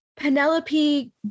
Penelope